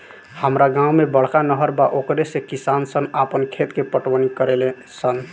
हामरा गांव में बड़का नहर बा ओकरे से किसान सन आपन खेत के पटवनी करेले सन